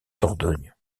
dordogne